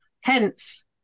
hence